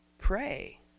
pray